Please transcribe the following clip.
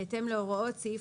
בהתאם להוראות סעיף